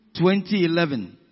2011